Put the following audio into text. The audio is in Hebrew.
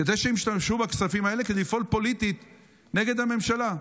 כדי שישתמשו בכספים האלה לפעול פוליטית נגד הממשלה?